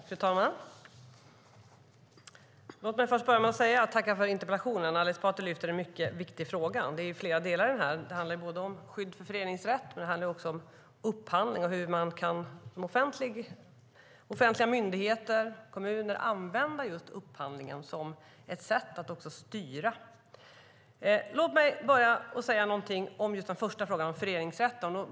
Fru talman! Låt mig börja med att tacka för interpellationen. Ali Esbati lyfter upp en mycket viktig fråga. Det är flera delar i den. Det handlar om skydd för föreningsrätt, men det handlar också om upphandling och hur offentliga myndigheter och kommuner kan använda upphandlingen som ett sätt att styra. Låt mig sedan säga något om just den första frågan, föreningsrätten.